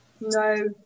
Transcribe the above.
No